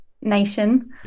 nation